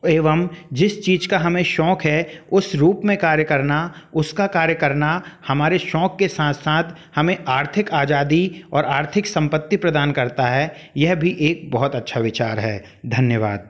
एवं जिस चीज का हमें शौक है उस रूप में कार्य करना उसका कार्य करना हमारे शौक के साथ साथ हमे आर्थिक आजादी और आर्थिक सम्पति प्रदान करता है यह भी एक बहुत अच्छा विचार है धन्यवाद